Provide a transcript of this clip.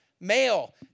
male